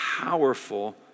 powerful